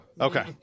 Okay